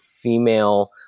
female